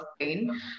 pain